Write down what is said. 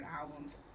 albums